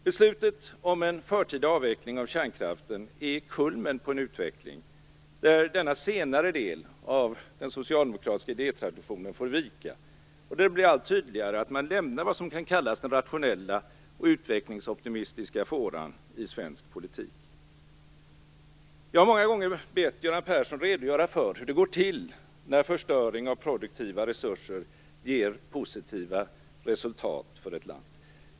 Beslutet om en förtida avveckling av kärnkraften är kulmen på en utveckling där denna senare del av den socialdemokratiska idétraditionen får vika och där det blir allt tydligare att man lämnar vad som kan kallas den rationella och utvecklingsoptimistiska fåran i svensk politik. Jag har många gånger bett Göran Persson redogöra för hur det går till när förstöring av produktiva resurser ger positiva resultat för ett land.